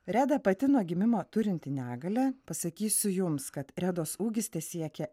reda pati nuo gimimo turinti negalią pasakysiu jums kad redos ūgis tesiekia